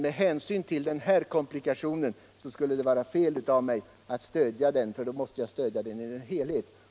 Med hänsyn till den här komplikationen skulle det vara fel av mig att stödja motionen, för då måste jag stödja den i dess helhet.